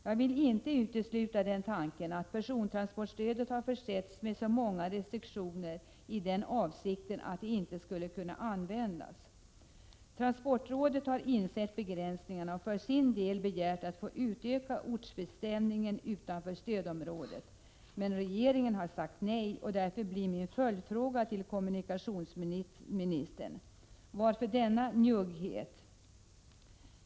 Jag kan inte utesluta tanken att persontransportstödet har försetts med så här många restriktioner i den avsikten att det inte skulle kunna användas. Transportrådet har insett begränsningarna och för sin del begärt att få utöka ortsbestämningen utanför stödområdet. Men regeringen har sagt nej, och därför blir min följdfråga till kommunikationsministern: Varför denna njugghet?